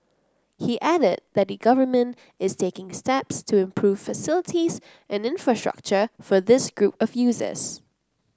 he added that the Government is taking steps to improve facilities and infrastructure for this group of users